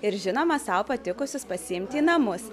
ir žinoma sau patikusius pasiimti į namus